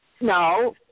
no